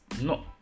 No